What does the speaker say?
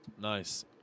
Nice